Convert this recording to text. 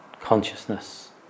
consciousness